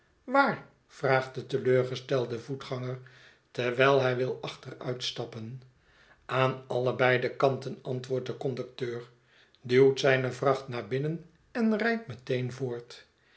waar vraagt de teleurgestelde voetganger terwijl hij wil achteruitstappen aan allebei de kanten antwoordt de conducteur duwt zijne vracht naar binnen en rijdt meteen voort